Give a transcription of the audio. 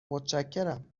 متشکرم